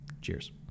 cheers